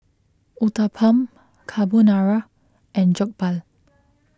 Uthapam Carbonara and Jokbal